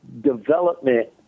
development